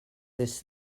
this